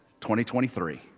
2023